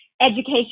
Education